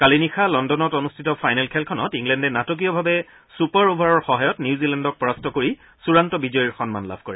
কালি নিশা লণ্ডনত অনুষ্ঠিত ফাইনেল খেলখনত ইংলেণ্ডে নাটকীয়ভাৱে ছুপাৰ অভাৰৰ সহায়ত নিউজিলেণ্ডক পৰাস্ত কৰি চূড়ান্ত বিজয়ীৰ সন্মান লাভ কৰে